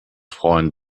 freuen